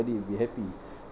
you'll be happy